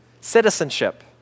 Citizenship